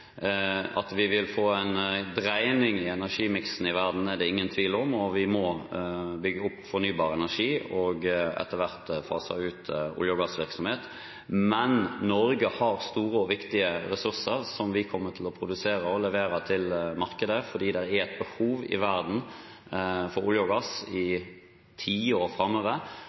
At vi vil få en dreining i energimiksen i verden, er det ingen tvil om. Vi må bygge opp fornybar energi og etter hvert fase ut olje- og gassvirksomhet. Men Norge har store og viktige ressurser som vi kommer til å produsere og levere til markedet, for det er behov for olje og gass i verden i tiår framover.